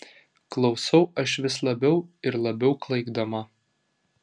klausau aš vis labiau ir labiau klaikdama